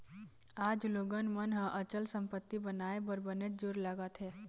आज लोगन मन ह अचल संपत्ति बनाए बर बनेच जोर लगात हें